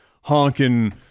honking